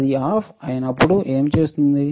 అది ఆఫ్ అయినప్పుడు ఏమి చేస్తుంది